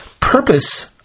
purpose